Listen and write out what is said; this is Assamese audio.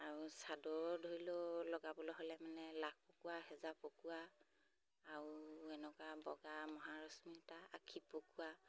আৰু চাদৰ ধৰি লওক লগাবলৈ হ'লে মানে লাখ পকোৱা সেজা পকোৱা আৰু এনেকুৱা বগা মহা ৰশ্মি সূতা আশী পকোৱা